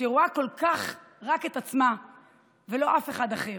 שרואה כל כך רק את עצמה ולא אף אחד אחר.